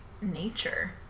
nature